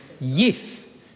yes